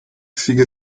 sigue